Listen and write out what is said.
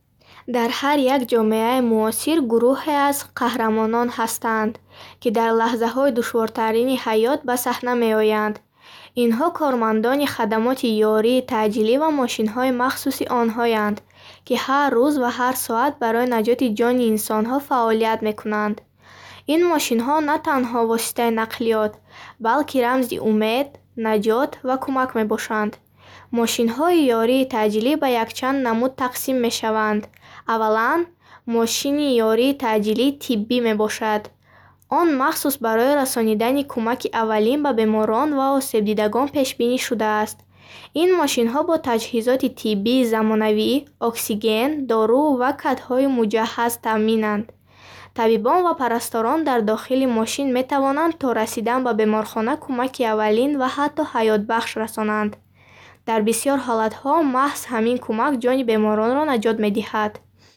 Дар ҳар як ҷомеаи муосир гурӯҳе аз қаҳрамонон ҳастанд, ки дар лаҳзаҳои душвортарини ҳаёт ба саҳна меоянд. Инҳо кормандони хадамоти ёрии таъҷилӣ ва мошинҳои махсуси онҳоянд, ки ҳар рӯз ва ҳар соат барои наҷоти ҷони инсонҳо фаъолият мекунанд. Ин мошинҳо на танҳо воситаи нақлиёт, балки рамзи умед, наҷот ва кумак мебошанд. Мошинҳои ёрии таъҷилӣ ба якчанд намуд тақсим мешаванд. Аввалан, мошини ёрии таъҷилии тиббӣ мебошад. Он махсус барои расонидани кумаки аввалин ба беморон ва осебдидагон пешбинӣ шудааст. Ин мошинҳо бо таҷҳизоти тиббии замонавӣ, оксиген, дору ва катҳои муҷаҳҳаз таъминанд. Табибон ва парасторон дар дохили мошин метавонанд то расидан ба беморхона кумаки аввалин ва ҳатто ҳаётбахш расонанд. Дар бисёр ҳолатҳо маҳз ҳамин кумак ҷони беморонро наҷот медиҳад.